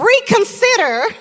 reconsider